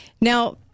Now